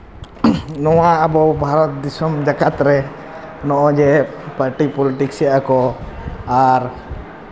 ᱱᱚᱣᱟ ᱟᱵᱚ ᱵᱷᱟᱨᱚᱛ ᱫᱤᱥᱚᱢ ᱡᱟᱠᱟᱛ ᱨᱮ ᱱᱚᱣᱟᱜᱮ ᱯᱟᱨᱴᱤ ᱯᱚᱞᱤᱴᱤᱥ ᱮᱜᱼᱟ ᱠᱚ ᱟᱨ